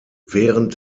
während